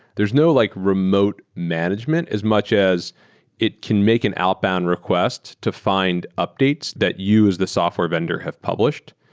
there's no like remote management as much as it can make an outbound request to fi nd updates that you as the software vendor have published.